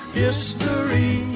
history